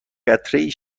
قطرهای